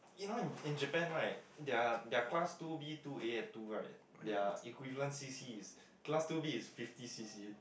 you know in in Japan right their their class two B two A and two right their equivalent C_C is class two B is fifty C_C